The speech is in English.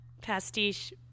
pastiche